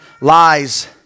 lies